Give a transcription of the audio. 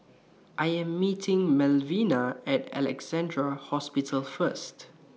I Am meeting Malvina At Alexandra Hospital First